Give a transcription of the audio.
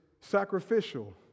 sacrificial